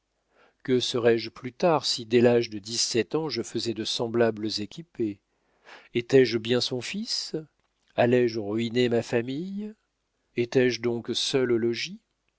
que serais-je plus tard si dès l'âge de dix-sept ans je faisais de semblables équipées étais-je bien son fils allais-je ruiner ma famille étais-je donc seul au logis